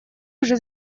уже